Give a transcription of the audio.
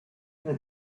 for